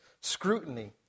scrutiny